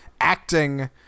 acting